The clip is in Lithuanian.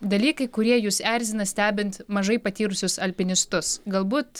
dalykai kurie jus erzina stebint mažai patyrusius alpinistus galbūt